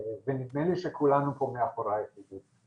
נדמה לי שכולנו פה מאחורייך עידית.